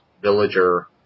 Villager